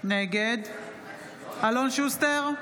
נגד אלון שוסטר,